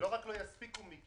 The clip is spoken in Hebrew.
זה לא רק שלא יספיקו, מיקי.